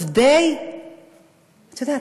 את יודעת,